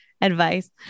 advice